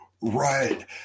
Right